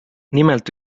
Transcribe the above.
nimelt